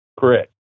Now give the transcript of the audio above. Correct